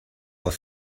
was